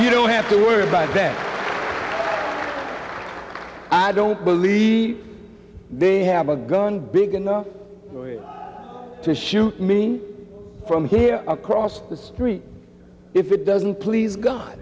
you don't have to worry by then i don't believe they have a gun big enough to shoot me from here across the street if it doesn't please god